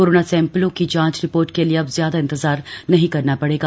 corona सैंपलों की जांच रिपोर्ट के लिए अब ज्यादा इंतजार नहीं करना पड़ेगा